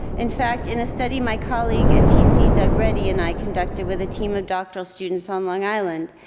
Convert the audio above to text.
in fact, in a study my colleague at tc doug ready and i conducted with a team of doctoral students on long island,